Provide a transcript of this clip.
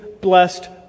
blessed